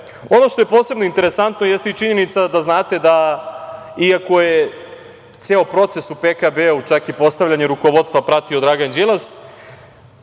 što je posebno interesantno jeste činjenica da znate da iako je ceo proces u PKB-u, čak i postavljanje rukovodstva, pratio Dragan Đilas,